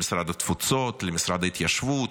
למשרד התפוצות, למשרד ההתיישבות,